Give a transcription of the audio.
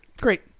Great